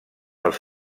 els